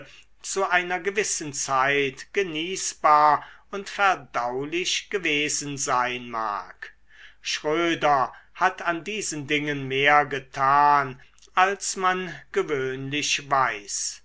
zu einer gewissen zeit genießbar und verdaulich gewesen sein mag schröder hat an diesen dingen mehr getan als man gewöhnlich weiß